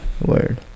Word